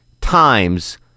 times